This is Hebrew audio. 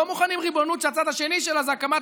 לא מוכנים לריבונות שהצד השני שלה זה הקמת